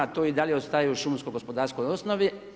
To i dalje ostaje u šumskoj gospodarskoj osnovi.